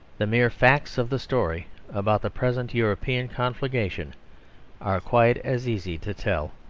the mere facts of the story about the present european conflagration are quite as easy to tell.